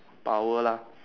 power lah